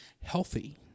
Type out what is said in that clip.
healthy